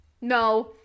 no